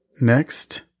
Next